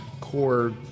core